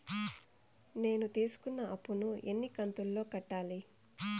నేను తీసుకున్న అప్పు ను ఎన్ని కంతులలో కట్టాలి?